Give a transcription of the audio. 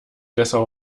dessau